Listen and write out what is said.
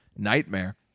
Nightmare